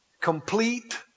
Complete